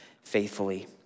faithfully